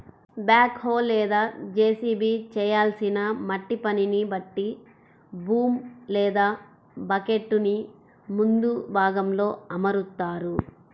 back హో లేదా JCB చేయాల్సిన మట్టి పనిని బట్టి బూమ్ లేదా బకెట్టుని ముందు భాగంలో అమరుత్తారు